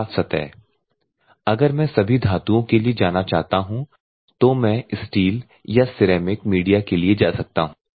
साफ सतह अगर मैं सभी धातुओं के लिए जाना चाहता हूं तो मैं स्टील या सिरेमिक मीडिया के लिए जा सकता हूं